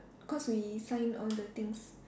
cause we sign all the things